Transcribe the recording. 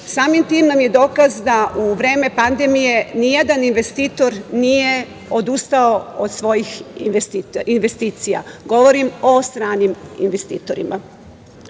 tim nam je dokaz da u vreme pandemije ni jedan investitor nije odustao od svojih investicija, govorim o stranim investitorima. Planirani